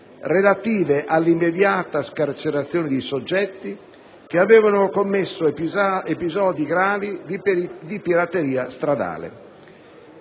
relative all'immediata scarcerazione di soggetti che avevano commesso episodi gravi di pirateria stradale.